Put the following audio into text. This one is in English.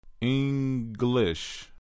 English